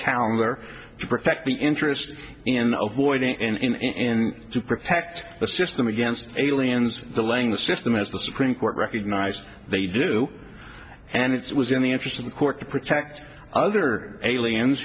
there to protect the interest in avoiding him to protect the system against aliens delaying the system as the supreme court recognized they do and it was in the interest of the court to protect other aliens